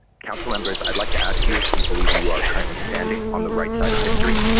council members, i would like to ask you if you believe you are currently standing on the right side of history.